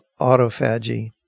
autophagy